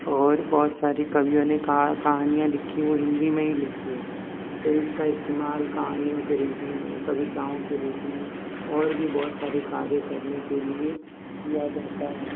और बहुत सारी कवियों ने कहानियाँ लिखी वो हिंदी में ही लिखी हैं तो इसका इस्तमाल कहानियों के रूप में कविताओं के रूप में और भी बहुत सारे कार्य करने के लिए किया जाता है